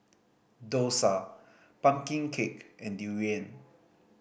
dosa pumpkin cake and durian